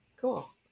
Cool